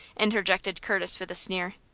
interjected curtis, with a sneer.